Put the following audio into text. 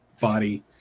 body